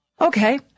Okay